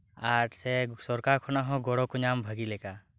ᱟᱨ ᱥᱮ ᱥᱚᱨᱠᱟᱨ ᱠᱷᱚᱱᱟᱜ ᱦᱚᱸ ᱜᱚᱲᱚᱠᱩ ᱧᱟᱢ ᱵᱷᱟᱜᱤ ᱞᱮᱠᱟ